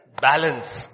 Balance